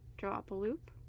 draw up a loop